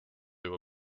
juba